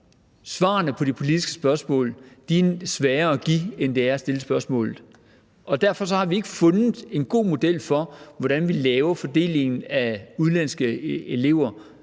svarene på de politiske spørgsmål nogle gange sværere at give, end det er at stille spørgsmålet. Derfor har vi ikke fundet en god model for, hvordan vi vil lave fordelingen af udenlandske elever